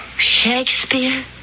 Shakespeare